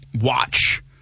watch